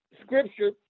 Scripture